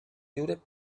lliure